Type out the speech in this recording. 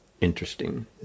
interesting